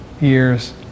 years